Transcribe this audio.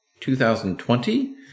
2020